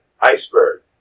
iceberg